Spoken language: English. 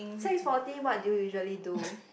six forty what do you usually do